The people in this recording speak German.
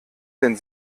den